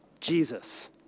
Jesus